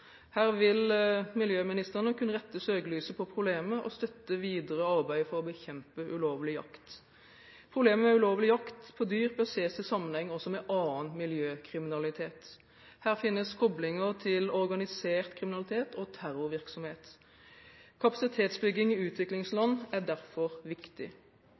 Her vil miljøministrene kunne rette søkelyset på problemet og støtte videre arbeid for å bekjempe ulovlig jakt. Problemet med ulovlig jakt på dyr bør sees i sammenheng også med annen miljøkriminalitet. Her finnes koblinger til organisert kriminalitet og terrorvirksomhet. Kapasitetsbygging i utviklingsland er derfor viktig.